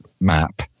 map